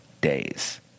days